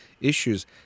issues